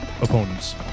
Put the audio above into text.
opponents